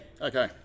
Okay